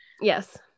yes